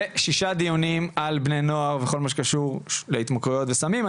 ושישה דיונים על בני נוער וכל מה שקשור להתמכרויות וסמים.